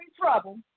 trouble